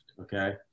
Okay